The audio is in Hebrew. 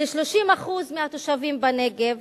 ש-30% מהתושבים בנגב